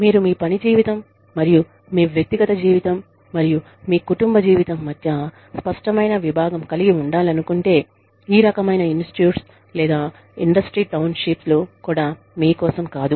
మీరు మీ పని జీవితం మరియు మీ వ్యక్తిగత జీవితం మరియు మీ కుటుంబ జీవితం మధ్య స్పష్టమైన విభాగం కలిగి ఉండాలనుకుంటే ఈ రకమైన ఇన్స్టిట్యూట్స్ లేదా ఇండస్ట్రీ టౌన్ షిప్ లు కూడా మీ కోసం కాదు